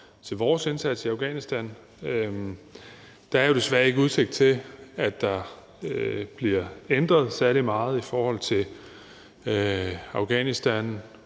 til vores indsats i Afghanistan. Der er jo desværre ikke udsigt til, at der bliver ændret særlig meget i forhold til Afghanistan